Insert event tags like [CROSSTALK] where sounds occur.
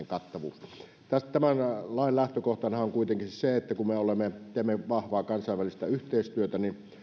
[UNINTELLIGIBLE] kattavuus tämän lain lähtökohtanahan on kuitenkin se että kun me teemme vahvaa kansainvälistä yhteistyötä niin